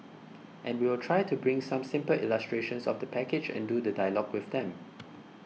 and we will try to bring some simple illustrations of the package and do the dialogue with them